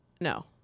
no